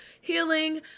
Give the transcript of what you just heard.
healing